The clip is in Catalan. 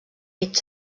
mig